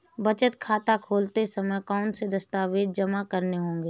बचत खाता खोलते समय कौनसे दस्तावेज़ जमा करने होंगे?